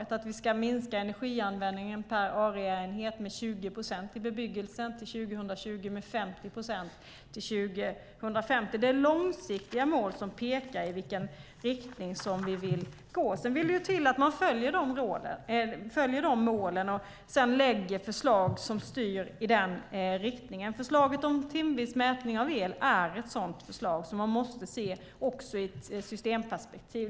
Det är att vi ska minska energianvändningen per uppvärmd areaenhet med 20 procent i bebyggelsen till 2020 och med 50 procent till 2050. Det är långsiktiga mål som pekar i vilken riktning vi vill gå. Sedan vill det till att man uppfyller de målen och lägger fram förslag som styr i den riktningen. Förslaget om timvis mätning av el är ett sådant förslag, som man måste se också i ett systemperspektiv.